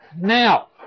now